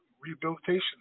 rehabilitation